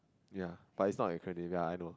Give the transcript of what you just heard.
ya but its not an acronym ya I know